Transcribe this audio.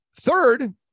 Third